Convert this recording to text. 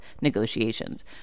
negotiations